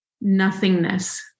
nothingness